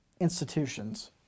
institutions